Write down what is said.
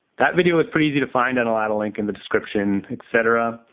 that video is pretty easy to find and i'll add a link in the description etc,